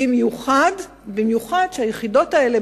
במיוחד כשהיחידות האלה,